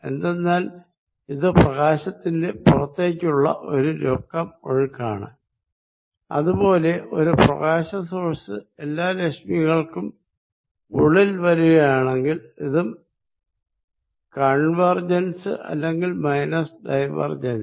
എന്തെന്നാൽ ഇത് പ്രകാശത്തിന്റെ പുറത്തേക്കുള്ള ഒരു നെറ്റ് ഒഴുക്കാണ് അതുപോലെ ഒരു പ്രകാശ സോഴ്സ് എല്ലാ രശ്മികളും ഉള്ളിലേക്ക് വരികയാണെങ്കിൽ ഇതും കോൺവെർജെൻസ് അല്ലെങ്കിൽ മൈനസ് ഡൈവർജൻസ്